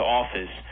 office